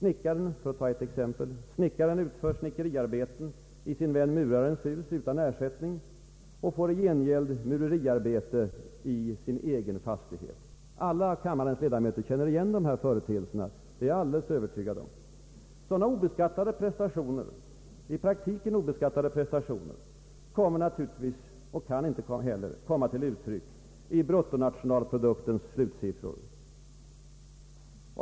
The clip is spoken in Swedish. För att ta ett exempel så utför snickaren snickeriarbeten i sin vän murarens hus utan ersättning och får i gengäld mureriarbete utfört i sin egen fastighet. Alla kammarens ledamöter känner igen dessa företeelser, Det är jag alldeles övertygad om. Sådana i praktiken obeskattade prestationer kommer naturligtvis inte och kan inte heller komma till uttryck i bruttonationalproduktens slutsiffror.